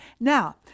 Now